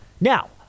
Now